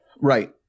Right